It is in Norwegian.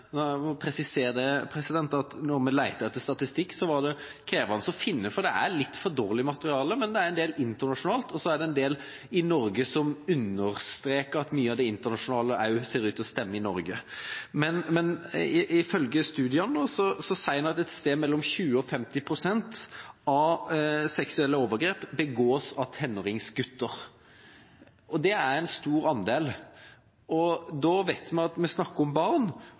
må presisere at da vi lette etter statistikk, var det krevende å finne, for det er litt for dårlig materiale, men det er en del internasjonalt, og så er det en del i Norge som understreker at mye av det internasjonale også ser ut til å stemme i Norge. Men ifølge studiene sier en at et sted mellom 20–50 pst. av seksuelle overgrep begås av tenåringsgutter. Det er en stor andel. Da vet vi at vi snakker om barn,